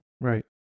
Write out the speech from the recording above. right